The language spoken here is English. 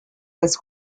was